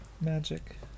Magic